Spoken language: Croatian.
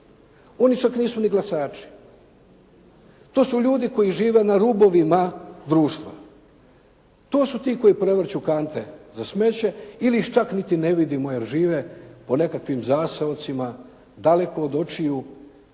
Oni čak nisu ni glasači. To su ljudi koji žive na rubovima društva. To su ti koji prevrću kante za smeće ili ih čak niti ne vidimo jer žive po nekakvim zaseocima daleko od očiju